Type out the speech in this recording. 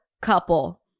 couple